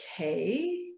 okay